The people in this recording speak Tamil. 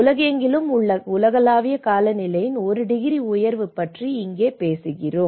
உலகெங்கிலும் உள்ள உலகளாவிய காலநிலையின் ஒரு டிகிரி உயர்வு பற்றி இங்கே பேசுகிறோம்